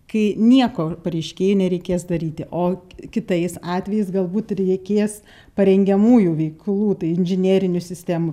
kai nieko pareiškėjui nereikės daryti o kitais atvejais galbūt reikės parengiamųjų veiklų tai inžinerinių sistemų